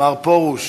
מר פרוש